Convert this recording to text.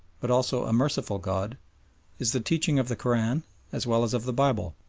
but also a merciful god is the teaching of the koran as well as of the bible.